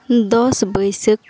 ᱫᱚᱥ ᱵᱟᱹᱭᱥᱟᱹᱠ